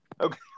Okay